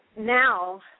Now